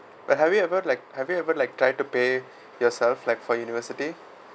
but have you ever like have you ever like try to pay yourself like for university